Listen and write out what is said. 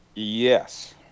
yes